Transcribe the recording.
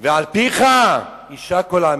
ועל פיך יישק כל עמי,